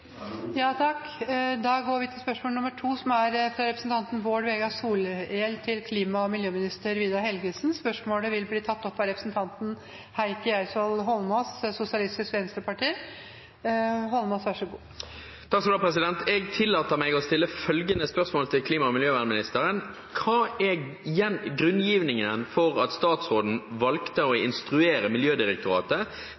fra representanten Bård Vegar Solhjell til klima- og miljøministeren, vil bli tatt opp av representanten Heikki Eidsvoll Holmås. Jeg tillater meg å stille følgende spørsmål til klima- og miljøministeren: «Kva er grunngjevinga for at statsråden valde å